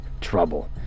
trouble